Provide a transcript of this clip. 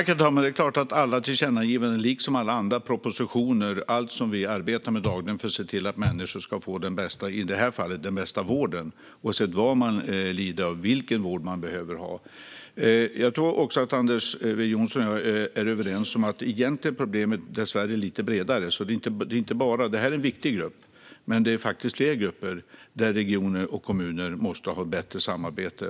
Herr talman! Givetvis arbetar vi dagligen med tillkännagivanden och propositioner för att människor ska få, i det här fallet, den bästa vården oavsett vad de lider av och vilken vård de behöver ha. Jag tror att Anders W Jonsson och jag är överens om att problemet dessvärre är lite bredare. Det här är en viktig grupp, men det finns fler grupper där regioner och kommuner måste ha ett bättre samarbete.